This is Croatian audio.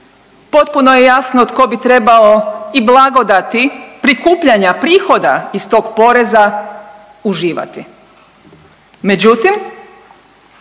potpuno je jasno tko bi trebao i blagodati prikupljanja prihoda iz tog poreza uživati, međutim